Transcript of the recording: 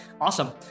Awesome